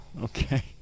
Okay